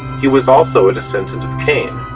he was also a descendent of cain,